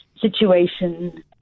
situation